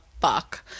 fuck